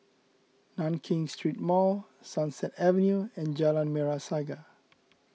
Nankin Street Mall Sunset Avenue and Jalan Merah Saga